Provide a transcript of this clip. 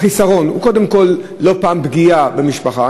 החיסרון הוא קודם כול לא פעם פגיעה במשפחה.